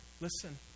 listen